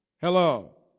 Hello